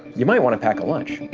you might want to pack a lunch.